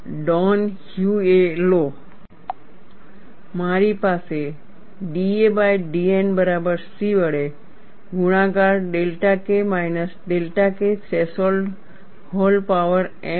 Donahue law ડોનહયુએ law મારી પાસે da બાય dN બરાબર C વડે ગુણાકાર delta K minus delta K threshold whole power m